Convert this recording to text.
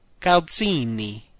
calzini